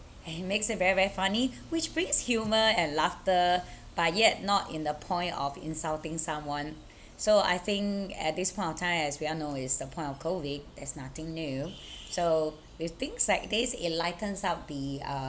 and he makes it very very funny which brings humour and laughter but yet not in the point of insulting someone so I think at this point of time as we all know is the point of COVID there's nothing new so with things like these it lightens up the uh